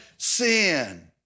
sin